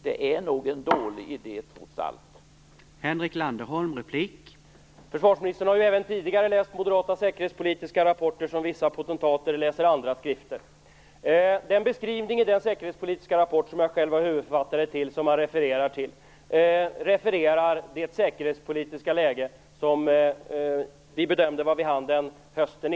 Det är nog en dålig idé trots allt.